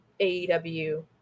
AEW